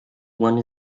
one